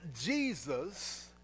Jesus